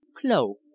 Clo